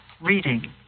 reading